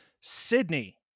Sydney